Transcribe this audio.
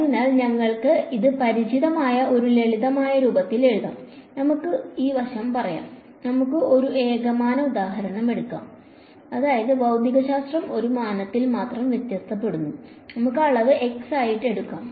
അതിനാൽ ഞങ്ങൾ ഇത് പരിചിതമായ ഒരു ലളിതമായ രൂപത്തിൽ എഴുതാം നമുക്ക് ഈ വശം പറയാം നമുക്ക് ഒരു ഏകമാന ഉദാഹരണം എടുക്കാം അതായത് ഭൌതികശാസ്ത്രം ഒരു മാനത്തിൽ മാത്രം വ്യത്യാസപ്പെടുന്നു നമുക്ക് അളവ് x ആയി എടുക്കാം